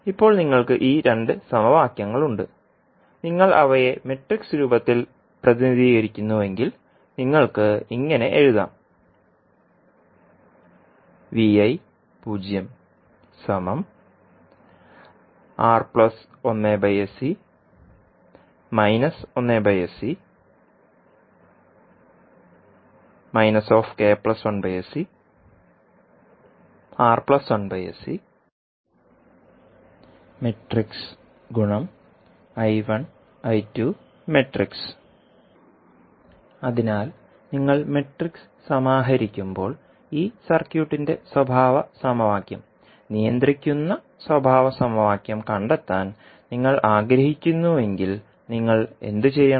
ഇപ്പോൾ നിങ്ങൾക്ക് ഈ 2 സമവാക്യങ്ങൾ ഉണ്ട് നിങ്ങൾ അവയെ മാട്രിക്സ് രൂപത്തിൽ പ്രതിനിധീകരിക്കുന്നുവെങ്കിൽ നിങ്ങൾക്ക് ഇങ്ങനെ എഴുതാം അതിനാൽ നിങ്ങൾ മാട്രിക്സ് സമാഹരിക്കുമ്പോൾ ഈ സർക്യൂട്ടിന്റെ സ്വഭാവ സമവാക്യം നിയന്ത്രിക്കുന്ന സ്വഭാവ സമവാക്യം കണ്ടെത്താൻ നിങ്ങൾ ആഗ്രഹിക്കുന്നുവെങ്കിൽ നിങ്ങൾ എന്തുചെയ്യണം